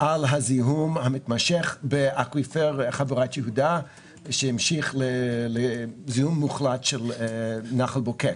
על הזיהום המתמשך באקוויפר חברת יהודה שהמשיך לזיהום מוחלט של נחל בוקק,